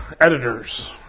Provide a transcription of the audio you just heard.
editors